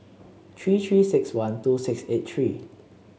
three Three six one two six eight three